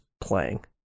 playing